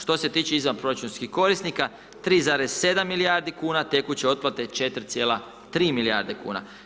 Što se tiče izvanproračunskih korisnika 3,7 milijarde kuna, tekuće otplate 4,3 milijarde kuna.